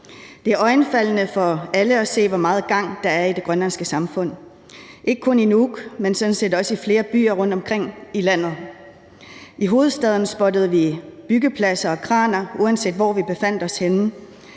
Det er iøjnefaldende for alle at se, hvor meget gang der er i det grønlandske samfund, ikke kun i Nuuk, men sådan set også i flere byer rundtomkring i landet. I hovedstaden spottede vi byggepladser og kraner, uanset hvor vi befandt os